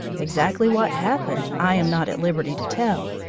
exactly what happened, i am not at liberty to tell,